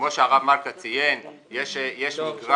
כמו שהרב מלכא ציין, יש מגרש,